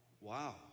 Wow